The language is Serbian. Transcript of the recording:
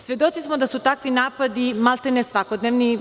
Svedoci smo da su takvi napadi, maltene, svakodnevni.